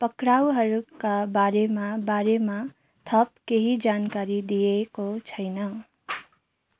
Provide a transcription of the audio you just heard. पक्राउहरूका बारेमा बारेमा थप केही जानकारी दिइएको छैन